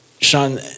Sean